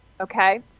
Okay